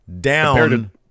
down